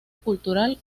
cultural